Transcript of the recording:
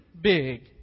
big